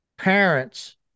parents